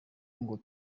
ngo